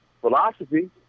philosophy